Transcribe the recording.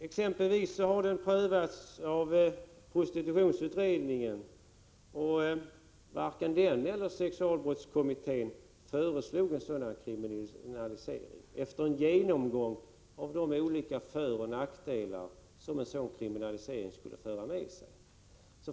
Exempelvis prövades den av prostitutionsutredningen, men varken den eller socialbrottskommittén föreslog en kriminalisering, efter en genomgång av de olika föroch nackdelar som en sådan skulle föra med sig.